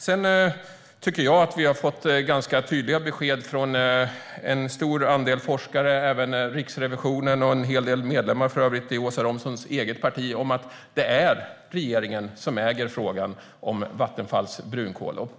Jag tycker att vi har fått ganska tydliga besked från en stor andel forskare och även från Riksrevisionen och en hel del medlemmar i Åsa Romsons eget parti om att det är regeringen som äger frågan om Vattenfalls brunkol.